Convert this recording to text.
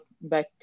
back